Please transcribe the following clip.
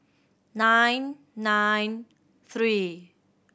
nine nine three